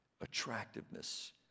attractiveness